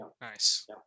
Nice